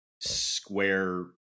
square